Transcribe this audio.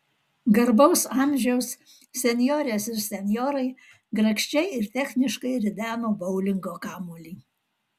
garbaus amžiaus senjorės ir senjorai grakščiai ir techniškai rideno boulingo kamuolį